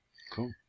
Cool